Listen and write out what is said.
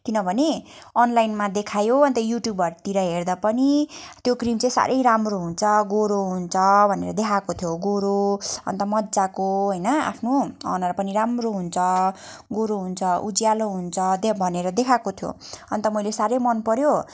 किनभने अनलाइनमा देखायो अन्त युट्युबहरूतिर हेर्दा पनि त्यो क्रिम चाहिँ साह्रै राम्रो हुन्छ गोरो हुन्छ भनेर देखाएको थियो गोरो अन्त मजाको होइन आफ्नो अनुहार पनि राम्रो हुन्छ गोरो हुन्छ उज्यालो हुन्छ त्यहाँ भनेर देखाएको थियो अन्त मैले साह्रै मन पऱ्यो